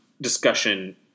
discussion